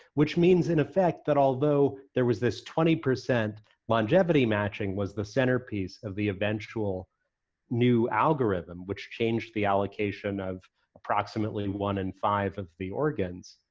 which means, in effect, that although there was this twenty percent longevity matching was the centerpiece of the eventual new algorithm, which changed the allocation of approximately one in five of the organs,